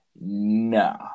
No